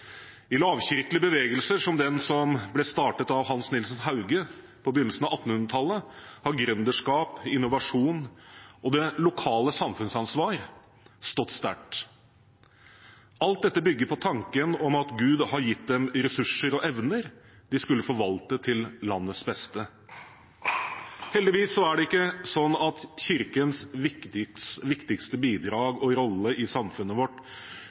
de lavkirkelige bevegelsene, som den som ble startet av Hans Nielsen Hauge på begynnelsen av 1800-tallet, har gründerskap, innovasjon og det lokale samfunnsansvar stått sterkt. Alt dette bygger på tanken om at Gud har gitt dem ressurser og evner de skulle forvalte til landets beste. Heldigvis er det ikke slik at Kirkens viktigste bidrag og rolle i samfunnet vårt